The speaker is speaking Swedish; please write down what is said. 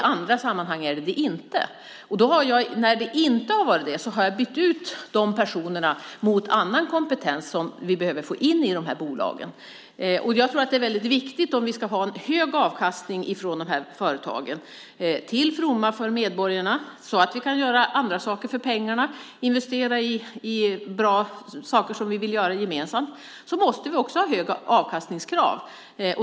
I andra sammanhang är den inte det. När den inte har gjort det har jag bytt ut dessa personer mot annan kompetens som vi behöver få in i dessa bolag. Jag tror att det är väldigt viktigt att om vi ska få en hög avkastning från dessa företag, till fromma för medborgarna så att vi kan göra andra saker för pengarna, investera i bra saker som vi vill göra gemensamt, så måste vi ha krav på hög avkastning.